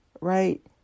right